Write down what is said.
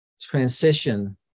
transition